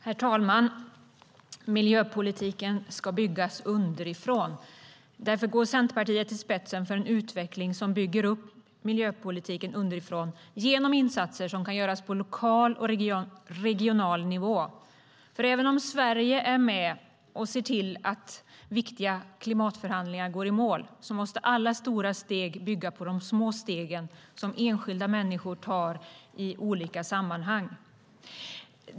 Herr talman! Miljöpolitiken ska byggas underifrån. Därför går Centerpartiet i spetsen för en utveckling som bygger upp miljöpolitiken underifrån genom insatser som kan göras på lokal och regional nivå. Även om Sverige är med och ser till att viktiga klimatförhandlingar går i mål måste nämligen alla stora steg bygga på de små steg enskilda människor tar i olika samhällssammanhang.